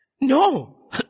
No